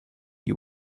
you